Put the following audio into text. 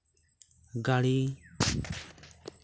ᱜᱟᱲᱤ